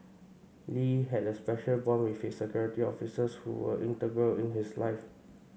Lee had a special bond with his security officers who were integral in his life